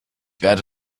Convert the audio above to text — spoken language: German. werde